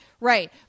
right